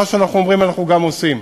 מה שאנחנו אומרים אנחנו גם עושים.